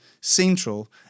central